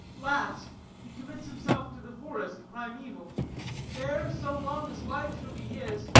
last, he commits himself to the forest primeval there, so long as life shall be his,